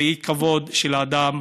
והאי-כבוד כלפי האדם